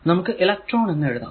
നമ്മൾക്കു എലെക്ട്രോൺ എന്ന് എഴുതാം